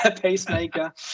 pacemaker